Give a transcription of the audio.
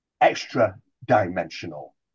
extra-dimensional